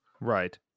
Right